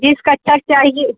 जिस कक्षा के चाहिए